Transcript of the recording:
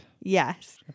yes